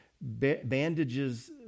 bandages